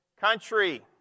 country